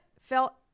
felt